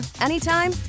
anytime